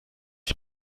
die